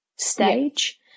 stage